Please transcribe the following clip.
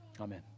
Amen